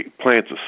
plants